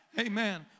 Amen